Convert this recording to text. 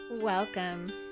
Welcome